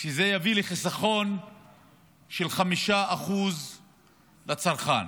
שזה יביא לחיסכון של 5% לצרכן.